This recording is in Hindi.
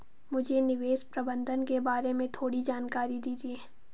मुझे निवेश प्रबंधन के बारे में थोड़ी जानकारी दीजिए